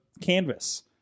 canvas